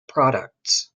products